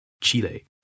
Chile